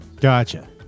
Gotcha